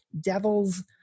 devil's